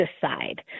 decide